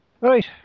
Right